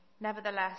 Nevertheless